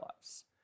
lives